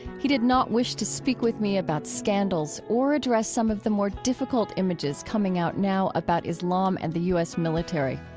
he did not wish to speak with me about scandals or address some of the more difficult images coming out now about islam and the u s. military.